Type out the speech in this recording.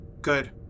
Good